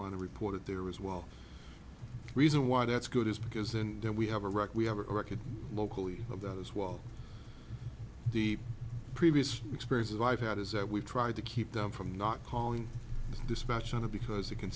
line to report it there was well reason why that's good is because and then we have a wreck we have a record locally of that as well the previous experiences i've had is that we tried to keep them from not calling dispatch out of because it can